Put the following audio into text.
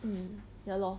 hmm ya lor